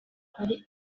hari